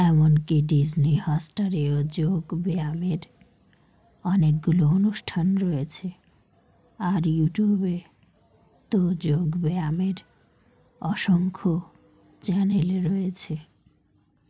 এমন কে ডিসনি হটস্টারেও যোগব্যায়ামের অনেকগুলো অনুষ্ঠান রয়েছে আর ইউটিউবে তো যোগব্যায়ামের অসংখ্য চ্যানেলে রয়েছে